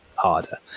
harder